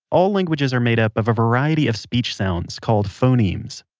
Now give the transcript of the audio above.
all languages are made up of a variety of speech sounds, called phonemes.